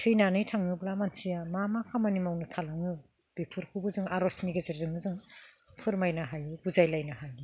थैनानै थाङोब्ला मानसिया मा मा खामानि मावनो थालाङो बेफोरखौबो जों आर'जनि गेजेरजोंनो जों फोरमायनो हायो बुजायलायनो हायो